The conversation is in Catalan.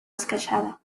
esqueixada